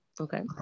Okay